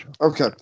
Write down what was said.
Okay